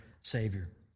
savior